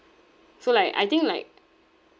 so like I think like